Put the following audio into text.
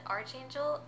Archangel